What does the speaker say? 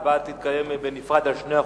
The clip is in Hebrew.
ההצבעה תתקיים בנפרד על שני החוקים.